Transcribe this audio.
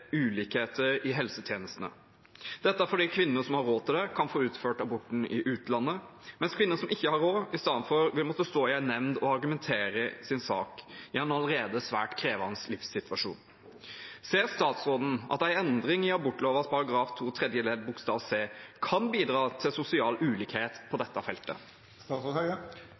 ulikheter i helsetjenestene. Dette fordi kvinner som har råd til det, kan få utført aborten i utlandet, mens kvinner som ikke har råd istedenfor vil måtte stå i nemnda og argumentere sin sak, i en allerede svært krevende livssituasjon. Ser statsråden at en endring i abortloven § 2 tredje ledd bokstav c kan bidra til sosial ulikhet på dette feltet?»